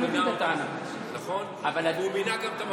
אני מבין את הטענה, והוא מינה גם את המפכ"ל.